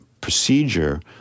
procedure